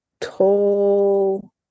tall